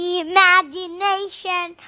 imagination